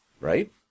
Right